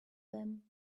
them